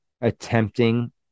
attempting